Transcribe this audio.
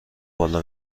بالا